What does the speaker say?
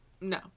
No